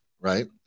right